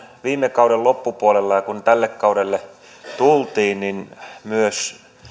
viime kauden loppupuolella ja silloin kun tälle kaudelle tultiin myös